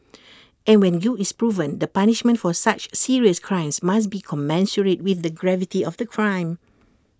and when guilt is proven the punishment for such serious crimes must be commensurate with the gravity of the crime